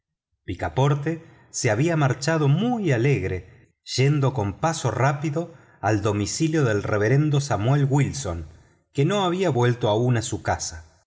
picaporte se había marchado muy alegre yendo con paso rápido al domicilio del reverendo samuel wilson que no había vuelto aún a casa